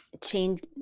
change